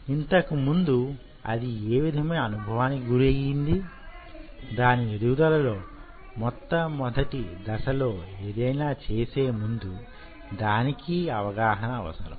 ఇంతకు ముందు అది యేవిధమైన అనుభావానికి గురి అయ్యింది దాని ఎదుగుదలలో మొట్ట మొదటి దశలో ఏదైనా చేసే ముందు దానికీ అవగాహన అవసరం